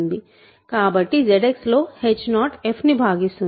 కాబట్టి ZX లో h0f ని భాగిస్తుంది